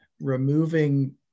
removing